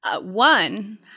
One